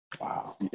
Wow